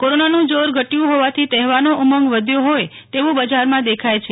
કોરોનાનું જોર ઘટયું હોવાથી તહેવારનો ઉમંગ વધ્યો હોય તેવું બજારમાં દેખાય છે